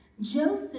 Joseph